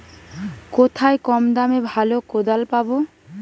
কোথায় কম দামে ভালো কোদাল পাব?